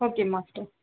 okay master